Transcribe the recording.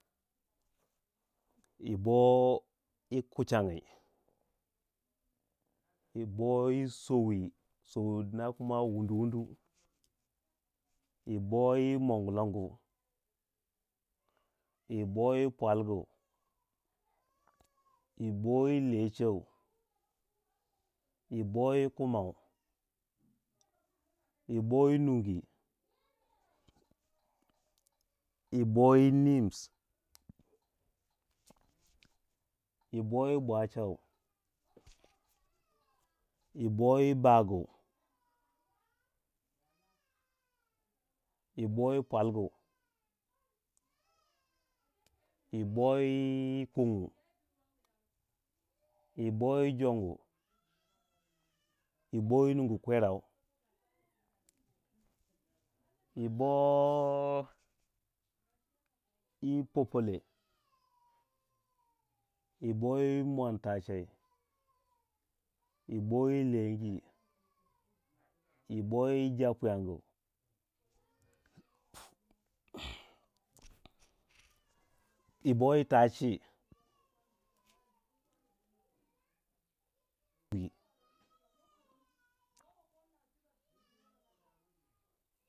Yibo yi ku changyi, yibo yi sowi, sowi dina kuma wundu wundu, yibo yi mombulongu, yibo yi pwalgu, yibo yi lecheu, yibo yi kumau, yibo yi nungi, yibo yi nim, yibo yi bwachau, yibo yi baagu, yibo yi pwalgu, yi kongyu, yibo yi jongu, yibo yi numgu kwerau, yibo yi popole, yibo yi mwanta chai, yibo yi leenggi, yibo yi japwiyani, yibo yi tachi.